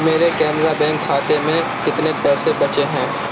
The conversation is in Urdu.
میرے کینرا بینک کھاتے میں کتنے پیسے بچے ہیں